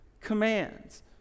commands